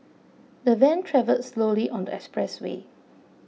the van travelled slowly on the expressway